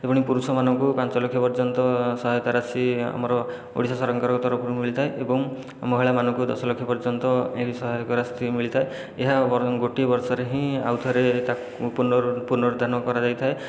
ସେହିଭଳି ପୁରୁଷମାନଙ୍କୁ ପାଞ୍ଚ ଲକ୍ଷ ପର୍ଯ୍ୟନ୍ତ ସହାୟତା ରାଶି ଆମର ଓଡ଼ିଶା ସରକାରଙ୍କ ତରଫରୁ ମିଳିଥାଏ ଏବଂ ମହିଳାମାନଙ୍କୁ ଦଶ ଲକ୍ଷ ପର୍ଯ୍ୟନ୍ତ ଏହି ସହାୟକ ରାଶି ମିଳିଥାଏ ଏହା ଗୋଟିଏ ବର୍ଷରେ ହିଁ ଆଉ ଥରେ ତାକୁ ପୁନର୍ ପୁର୍ନରୁଦ୍ଧାର କରାଯାଇଥାଏ